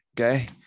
Okay